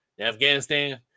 Afghanistan